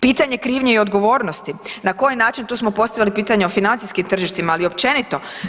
Pitanje krivnje i odgovornosti, na koji način, tu smo postavili pitanje o financijskim tržištima, ali i općenito?